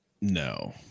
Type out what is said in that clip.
No